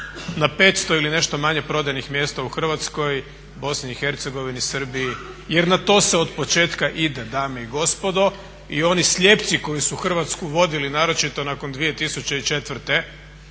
na 500 ili nešto manje prodajnih mjesta u Hrvatskoj, BiH, Srbiji jer na to se na od početka ide, dame i gospodo. I oni slijepci koji su Hrvatsku vodili naročito nakon 2004.neki